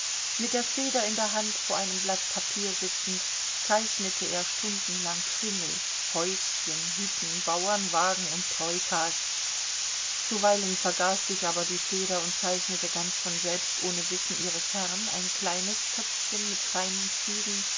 mit der feder in der hand vor einem blatt papier sitzend zeichnete er stundenlang kringel häuschen hütten bauernwagen und troikas zuweilen vergaß sich aber die feder und zeichnete ganz von selbst ohne wissen ihres herrn ein kleines köpfchen mit feinen zügen